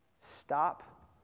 stop